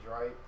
right